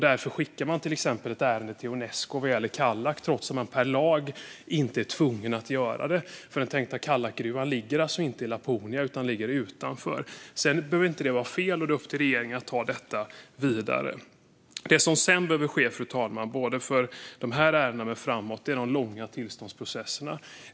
Därför skickar man till exempel ett ärende till Unesco vad gäller Kallak, trots att man inte per lag är tvungen att göra det, eftersom den tänkta Kallakgruvan inte ligger i Laponia utan utanför. Sedan behöver inte det vara fel; det är upp till regeringen att ta detta vidare. Fru talman! Det som sedan behöver ske, både för de här ärendena och framöver, är att man åtgärdar de långa tillståndsprocesserna.